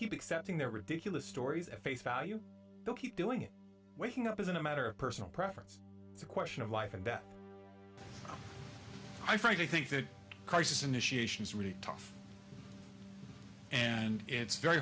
keep accepting their ridiculous stories at face value they'll keep doing it waking up isn't a matter of personal preference it's a question of life and i frankly think that crisis initiations really tough and it's very